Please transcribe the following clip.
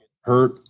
hurt